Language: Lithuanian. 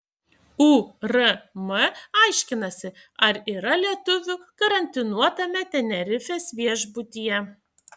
urm aiškinasi ar yra lietuvių karantinuotame tenerifės viešbutyje